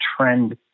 trend